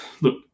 look